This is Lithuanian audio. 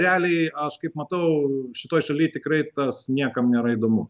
realiai aš kaip matau šitoj šaly tikrai tas niekam nėra įdomu